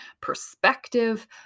perspective